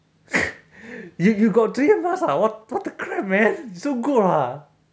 you you got three M mask ah what what the crap man so good ah